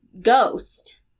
ghost